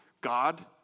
God